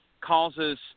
causes